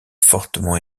fortement